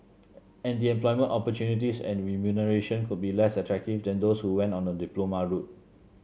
and the employment opportunities and remuneration could be less attractive than those who went on a diploma route